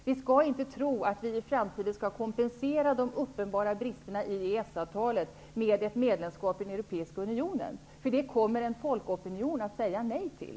Vi skall inte tro att vi i framtiden skall kompensera de uppenbara bristerna i EES-avtalet med ett medlemskap i den europeiska unionen. Det kommer en folkopinion att säga nej till.